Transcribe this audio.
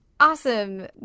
Awesome